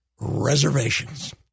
reservations